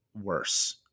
worse